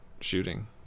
shooting